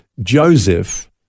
Joseph